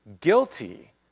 guilty